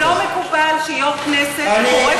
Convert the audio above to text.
לא מקובל שיושב-ראש הכנסת קורא שאילתה במקום חבר כנסת.